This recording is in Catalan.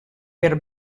per